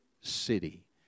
city